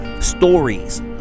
stories